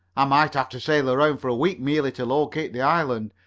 i might have to sail around for a week merely to locate the island,